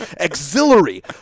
auxiliary